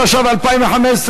התשע"ו 2015,